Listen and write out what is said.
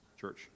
church